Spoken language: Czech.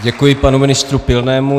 Děkuji panu ministru Pilnému.